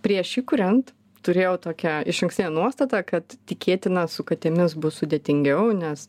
prieš įkuriant turėjau tokią išankstinę nuostatą kad tikėtina su katėmis bus sudėtingiau nes